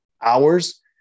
hours